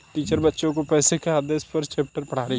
teacher बच्चो को पैसे के आदेश का चैप्टर पढ़ा रही हैं